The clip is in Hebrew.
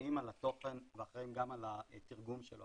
שאחראים על התוכן ואחראים גם על התרגום שלו.